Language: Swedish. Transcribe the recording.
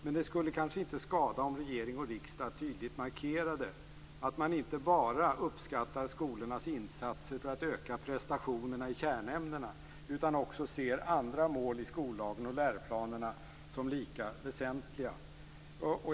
Men det skulle kanske inte skada om regering och riksdag tydligt markerade att man inte bara uppskattar skolornas insatser för att öka prestationerna i kärnämnena utan också ser andra mål i skollagen och läroplanerna som lika väsentliga.